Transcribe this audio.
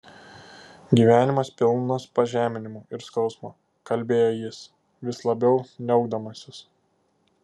gyvenimas pilnas pažeminimų ir skausmo kalbėjo jis vis labiau niaukdamasis